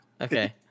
Okay